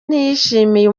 ntiyishimiye